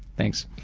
thanks.